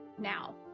now